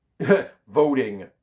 voting